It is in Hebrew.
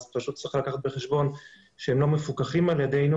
אז פשוט צריך לקחת בחשבון שהם לא מפוקחים על ידינו,